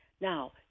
Now